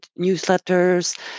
newsletters